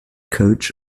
coach